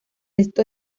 esto